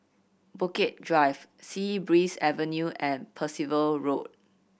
Bukit Drive Sea Breeze Avenue and Percival Road